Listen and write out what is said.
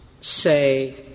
say